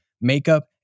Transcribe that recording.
makeup